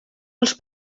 els